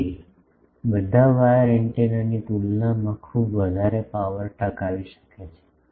તે તે બધા વાયર એન્ટેનાની તુલનામાં ખૂબ વધારે પાવર ટકાવી શકે છે